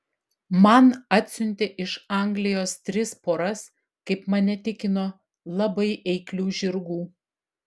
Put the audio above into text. man atsiuntė iš anglijos tris poras kaip mane tikino labai eiklių žirgų